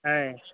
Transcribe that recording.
ఆయ్